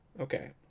Okay